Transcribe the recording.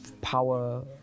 power